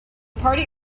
party